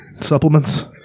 Supplements